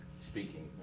speaking